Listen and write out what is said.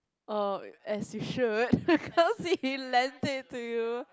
oh as you should because he he lend it to you